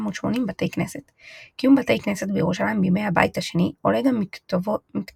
כך, למשל,